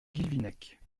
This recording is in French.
guilvinec